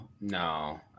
no